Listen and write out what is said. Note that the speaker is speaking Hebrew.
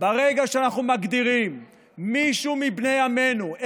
ברגע שאנחנו מגדירים מישהו מבני עמנו,